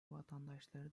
vatandaşları